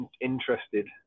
interested